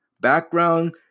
background